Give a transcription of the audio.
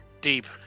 deep